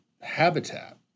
habitat